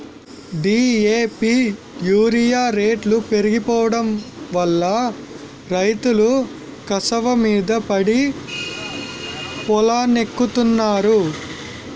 DAP urea రేట్లు పెరిగిపోడంవల్ల రైతులు కసవమీద పడి పొలానికెత్తన్నారు